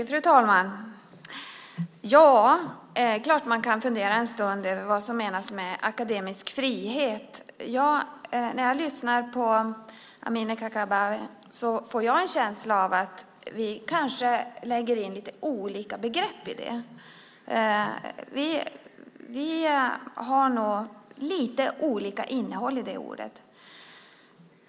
Fru talman! Det är klart att man kan fundera en stund över vad som menas med akademisk frihet. När jag lyssnar på Amineh Kakabaveh får jag en känsla av att vi kanske lägger in lite olika saker i detta begrepp. Vi har nog lite olika innehåll i det ordet.